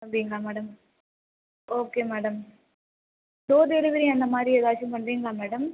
அப்படிங்களா madam okay madam door delivery அந்தமாதிரி ஏதாச்சும் பண்ணுறீங்களா மேடம்